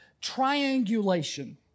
triangulation